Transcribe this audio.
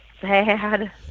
sad